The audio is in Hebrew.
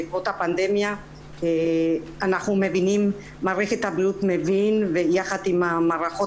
בעקבות הפנדמיה מערכת הבריאות מבינה יחד עם המערכות